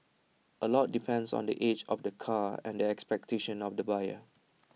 A lot depends on the age of the car and the expectations of the buyer